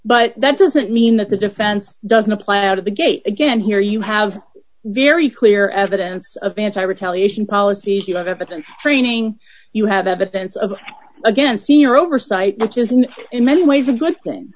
but that doesn't mean that the defense doesn't apply out of the gate again here you have very clear evidence of anti retaliation policies you have evidence training you have evidence of again senior oversight which is an in many ways a good thing